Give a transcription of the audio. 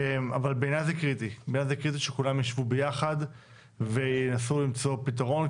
בעיניי זה קריטי שכולם ישבו ביחד וינסו למצוא פתרון,